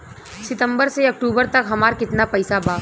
सितंबर से अक्टूबर तक हमार कितना पैसा बा?